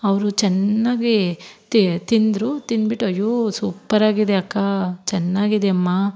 ಅವರು ಚೆನ್ನಾಗಿ ತಿಂದರು ತಿಂದುಬಿಟ್ಟು ಅಯ್ಯೋ ಸೂಪ್ಪರಾಗಿದೆ ಅಕ್ಕ ಚೆನ್ನಾಗಿದೆಯಮ್ಮ